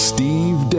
Steve